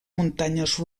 muntanyes